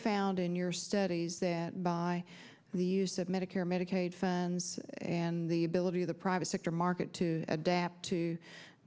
found in your studies that by the use of medicare medicaid fans and the ability of the private sector market to adapt to